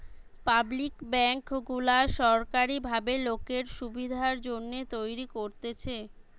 public bank গুলা সোরকারী ভাবে লোকের সুবিধার জন্যে তৈরী করতেছে